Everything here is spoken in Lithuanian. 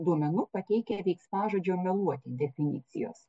duomenų pateikia veiksmažodžio meluoti definicijos